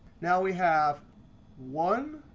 now we have one,